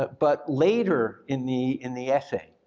but but later in the in the essay,